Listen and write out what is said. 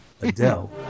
Adele